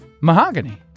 mahogany